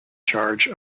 charge